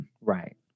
Right